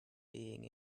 being